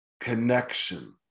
connection